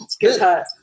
good